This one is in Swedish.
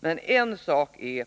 Men en sak är